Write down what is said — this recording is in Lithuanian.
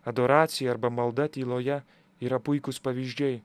adoracija arba malda tyloje yra puikūs pavyzdžiai